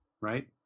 right